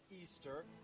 easter